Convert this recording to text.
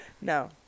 no